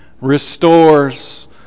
restores